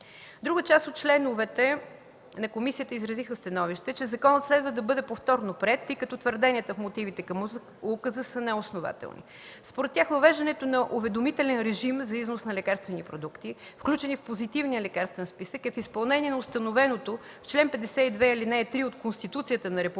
Друга част от членовете на комисията изразиха становище, че законът следва да бъде повторно приет, тъй като твърденията в мотивите към указа са неоснователни. Според тях въвеждането на уведомителен режим за износ на лекарствени продукти, включени в Позитивния лекарствен списък, е в изпълнение на установеното в чл. 52, ал. 3 от Конституцията на Република